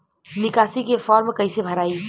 निकासी के फार्म कईसे भराई?